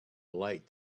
light